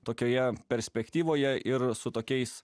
tokioje perspektyvoje ir su tokiais